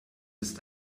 ist